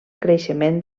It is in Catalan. creixement